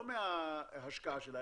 לא מההשקעה שלה,